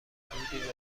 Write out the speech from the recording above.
حدودی